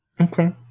Okay